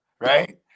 right